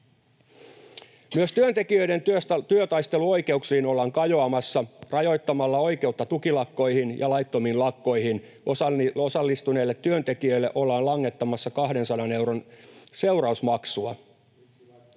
Myös työntekijöiden työtaisteluoikeuksiin ollaan kajoamassa rajoittamalla oikeutta tukilakkoihin, ja laittomiin lakkoihin osallistuneille työntekijöille ollaan langettamassa 200 euron seurausmaksua.